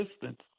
distance